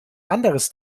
anders